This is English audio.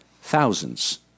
thousands